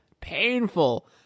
painful